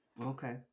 Okay